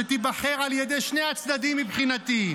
שתיבחר על ידי שני הצדדים, מבחינתי,